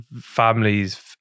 Families